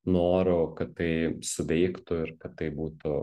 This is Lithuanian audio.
noru kad tai suveiktų ir kad tai būtų